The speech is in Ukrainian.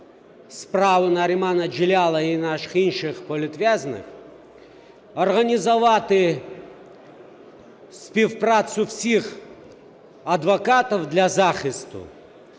справу Нарімана Джелялова і на інших політв'язнів, організувати співпрацю всіх адвокатів для захисту